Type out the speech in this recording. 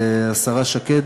השרה שקד,